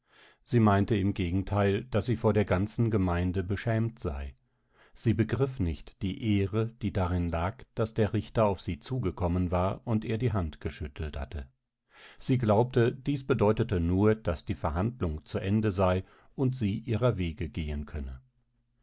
sie meinte im gegenteil daß sie vor der ganzen gemeinde beschämt sei sie begriff nicht die ehre die darin lag daß der richter auf sie zugekommen war und ihr die hand geschüttelt hatte sie glaubte dies bedeutete nur daß die verhandlung zu ende sei und sie ihrer wege gehen könne